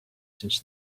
since